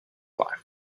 life